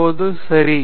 இப்போது சரி